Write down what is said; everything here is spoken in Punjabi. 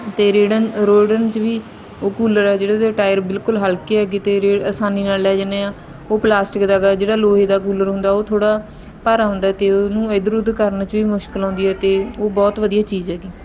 ਅਤੇ ਰੇੜਨ ਰੁੜਨ 'ਚ ਵੀ ਉਹ ਕੂਲਰ ਹੈ ਜਿਹੜਾ ਉਹਦੇ ਟਾਇਰ ਬਿਲਕੁਲ ਹਲਕੇ ਹੈਗੇ ਅਤੇ ਰੇੜ ਅਸਾਨੀ ਨਾਲ ਲੈ ਜਾਂਦੇ ਹਾਂ ਉਹ ਪਲਾਸਟਿਕ ਦਾ ਹੈਗਾ ਜਿਹੜਾ ਲੋਹੇ ਦਾ ਕੂਲਰ ਹੁੰਦਾ ਉਹ ਥੋੜ੍ਹਾ ਭਾਰਾ ਹੁੰਦਾ ਅਤੇ ਉਹਨੂੰ ਇਧਰ ਉੱਧਰ ਕਰਨ 'ਚ ਵੀ ਮੁਸ਼ਕਿਲ ਆਉਂਦੀ ਹੈ ਅਤੇ ਉਹ ਬਹੁਤ ਵਧੀਆ ਚੀਜ਼ ਹੈਗੀ